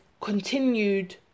continued